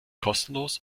kostenlos